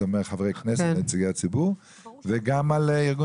זה אומר חברי כנסת ונציגי הציבור וגם על ארגון